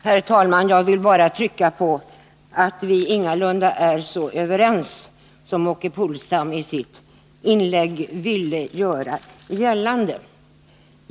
Herr talman! Jag vill bara trycka på att vi ingalunda är så överens som Åke Polstam i sitt inlägg ville göra gällande.